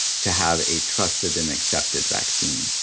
to have a trusted and accepted vaccine.